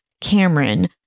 Cameron